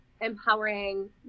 empowering